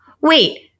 wait